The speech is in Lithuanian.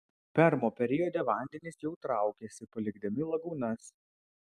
permo periode vandenys jau traukiasi palikdami lagūnas